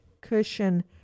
cushion